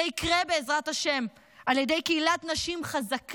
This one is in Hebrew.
זה יקרה, בעזרת השם, על ידי קהילת נשים חזקה,